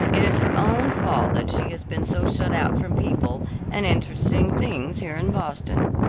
it is her own fault that she has been so shut out from people and interesting things here in boston.